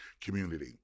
community